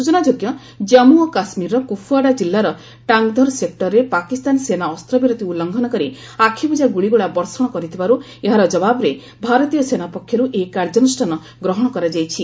ସୂଚନାଯୋଗ୍ୟ ଜାମ୍ମୁ ଓ କାଶ୍ମୀରରର କୁଫୱାର କିଲ୍ଲାର ଟାଙ୍ଗଧର ସେକ୍ଟରରେ ପାକିସ୍ତାନ ସେନା ଅସ୍ତ୍ରବିରତି ଉଲ୍ଲଂଘନ କରି ଆଖିବୁଜା ଗୁଳିଗୋଳା ବର୍ଷଣ କରିଥିବାରୁ ଏହାର ଯବାବରେ ଭାରତୀୟ ସେନା ପକ୍ଷରୁ ଏହି କାର୍ଯ୍ୟାନୁଷ୍ଠାନ ଗ୍ରହଣ କରାଯାଇଛି